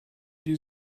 die